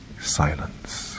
silence